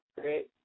great